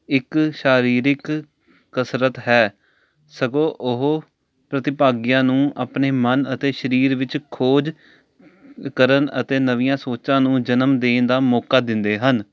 ਇੱਕ ਸਰੀਰਿਕ ਕਸਰਤ ਹੈ ਸਗੋਂ ਉਹ ਪ੍ਰਤਿਭਾਗੀਆ ਨੂੰ ਆਪਣੇ ਮਨ ਅਤੇ ਸਰੀਰ ਵਿੱਚ ਖੋਜ ਕਰਨ ਅਤੇ ਨਵੀਆਂ ਸੋਚਾਂ ਨੂੰ ਜਨਮ ਦੇਣ ਦਾ ਮੌਕਾ ਦਿੰਦੇ ਹਨ